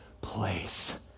place